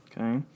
Okay